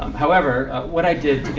um however, what i did